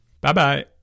Bye-bye